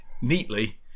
neatly